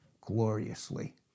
gloriously